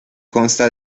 consta